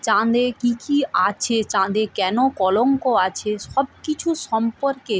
চাঁদে কী কী আছে চাঁদে কেন কলঙ্ক আছে সব কিছু সম্পর্কে